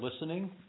listening